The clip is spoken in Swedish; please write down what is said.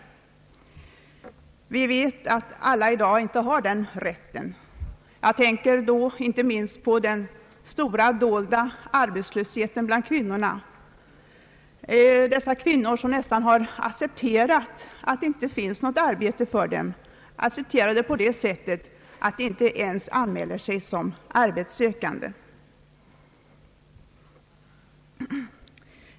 Vi vet att alla i dag inte har den rätten. Jag tänker då inte minst på den stora dolda arbetslösheten bland kvinnorna. Dessa kvinnor har nästan accepterat att det inte finns något arbete för dem, och accepterat det på det sättet att de inte ens anmäler sig som arbetssökande.